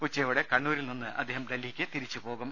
ഉച്ച യോടെ കണ്ണൂരിൽ നിന്ന് അദ്ദേഹം ഡൽഹിക്ക് തിരിച്ചുപോകും